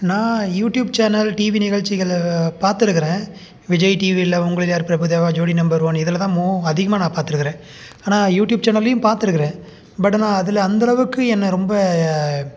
நான் YouTube channel TV நிகழ்ச்சிகள பார்த்துருக்குறேன் விஜய் டீவியில் உங்களில் யார் பிரபு தேவா ஜோடி நம்பர் ஒன் இதில் தான் மோ அதிகமாக நான் பார்த்துருக்குறேன் ஆனால் யூடியூப் சேனல்லேயும் பார்த்துருக்குறேன் பட் ஆனால் அதில் அந்தளவுக்கு என்ன ரொம்ப